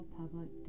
public